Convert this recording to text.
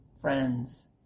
friends